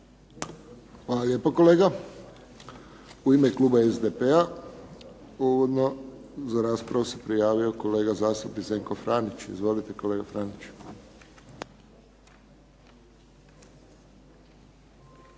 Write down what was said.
Hvala lijepo kolega. U ime kluba SDP-a uvodno za raspravu se prijavio kolega zastupnik Zdenko Franić. Izvolite kolega Franić.